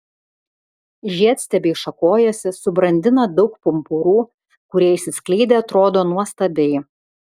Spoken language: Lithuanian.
žiedstiebiai šakojasi subrandina daug pumpurų kurie išsiskleidę atrodo nuostabiai